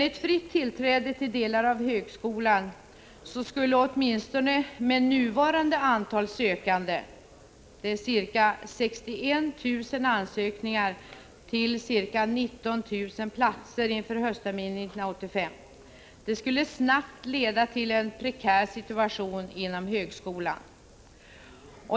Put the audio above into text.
Ett fritt tillträde till delar av högskolan skulle dock åtminstone med nuvarande antal sökande — ca 61 000 ansökningar till omkring 19 000 platser inför höstterminen 1985 — snabbt kunna leda till en prekär situation inom högskolan.